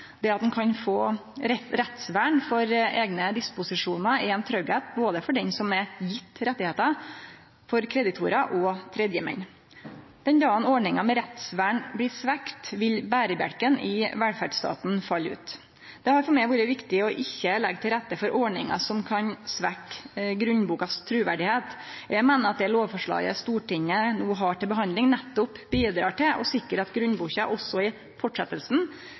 at ein kan få rettsvern for eigne disposisjonar, er ein tryggleik både for han som er gjeven rettar, for kreditorar og for tredjemenn. Den dagen ordninga med rettsvern blir svekt, vil berebjelken i velferdsstaten falle ut. Det har for meg vore viktig ikkje å leggje til rette for ordningar som kan svekkje truverdet til grunnboka. Eg meiner at det lovforslaget Stortinget no har til behandling, nettopp bidreg til å sikre at grunnboka òg i